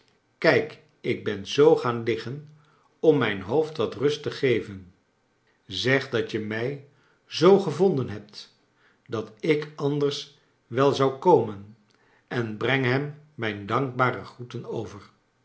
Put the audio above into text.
kijk ik ben zoo gaan liggen om mijn hoofd wat rust te geven zeg dat je mij zoo gevonden hebt dat ik anders wel zou komen en breng hem mijn dankbare groeten over